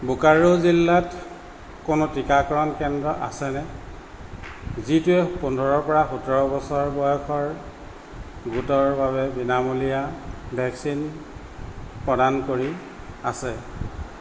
বোকাৰো জিলাত কোনো টীকাকৰণ কেন্দ্ৰ আছেনে যিটোৱে পোন্ধৰৰ পৰা সোতৰ বছৰ বয়সৰ গোটৰ বাবে বিনামূলীয়া ভেকচিন প্ৰদান কৰি আছে